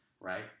right